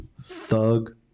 Thug